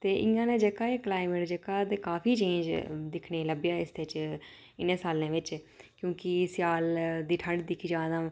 ते इ'यां गै जेह्का कलाईमेट जेह्का ते काफी चेंज दिक्खने गी लब्भेआ इसदे च इ'नें सालें बिच क्योंकि सेआल दी ठंड दिक्खी जा तां